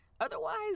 otherwise